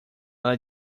ela